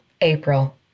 April